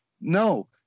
No